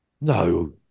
No